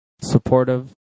supportive